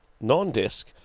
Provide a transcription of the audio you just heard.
non-disc